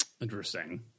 interesting